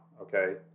okay